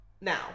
now